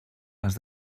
les